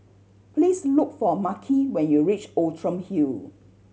please look for Makhi when you reach Outram Hill